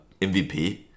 MVP